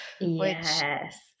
Yes